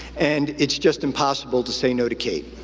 and it's just impossible to say no to kate.